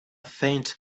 faint